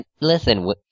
Listen